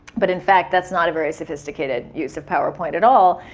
but in fact, that's not a very sophisticated use of powerpoint at all.